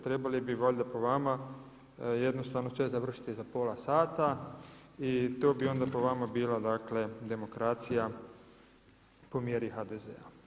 Trebali bi valjda po vama jednostavno sve završiti za pola sata i to bi onda po vama bila dakle demokracija po mjeri HDZ-a.